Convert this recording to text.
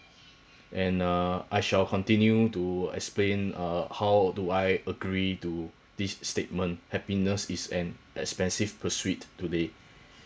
and uh I shall continue to explain uh how do I agree to this statement happiness is an expensive pursuit today